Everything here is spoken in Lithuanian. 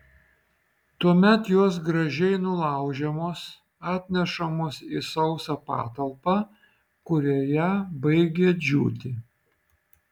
tuomet jos gražiai nulaužiamos atnešamos į sausą patalpą kurioje baigia džiūti